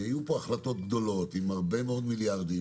כי היו פה החלטות גדולות עם הרבה מאוד מיליארדים,